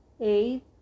Eight